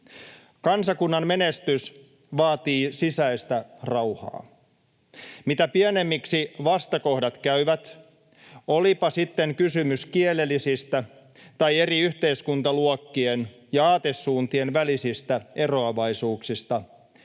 ”Kansakunnan menestys vaatii sisäistä rauhaa. Mitä pienemmiksi vastakohdat käyvät, olipa sitten kysymys kielellisistä tai eri yhteiskuntaluokkien ja aatesuuntien välisistä eroavaisuuksista,